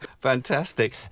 Fantastic